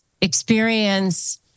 experience